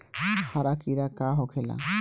हरा कीड़ा का होखे ला?